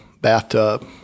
bathtub